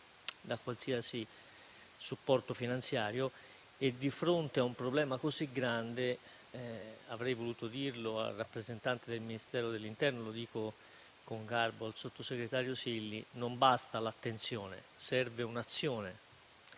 da qualsiasi supporto finanziario. Di fronte a un problema così grande, come avrei voluto dire al rappresentante del Ministero dell'interno e dico con garbo al sottosegretario Silli, non basta l'attenzione, serve un'azione